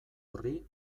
horri